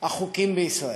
החוקים בישראל.